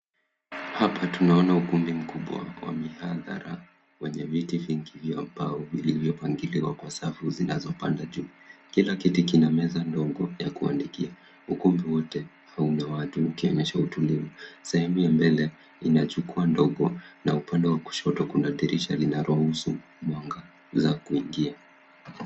Hapa tunaona ukumbi mkubwa wa mihadhara, wenye viti vingi vya mbao vilivyopangiliwa kwa safu zinazopanda juu. Kila kiti kina meza ndogo ya kuandikia, ukumbi wote hauna watu, ukionyesha utulivu. Sehemu ya mbele ina jukwaa ndogo, na upande wa kushoto, kuna dirisha lina ruhusu mwangaza kuingia.